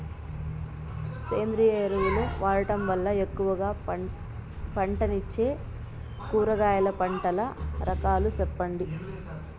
సేంద్రియ ఎరువులు వాడడం వల్ల ఎక్కువగా పంటనిచ్చే కూరగాయల పంటల రకాలు సెప్పండి?